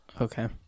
okay